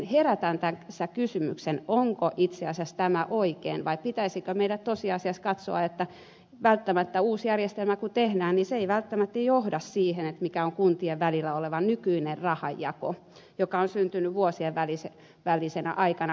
herätän tässä kysymyksen onko itse asiassa tämä oikein vai pitäisikö meidän tosiasiassa nähdä että kun uusi järjestelmä tehdään niin se ei välttämättä johda siihen mikä on kuntien välillä oleva nykyinen rahanjako joka on syntynyt vuosien välisenä aikana